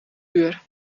uur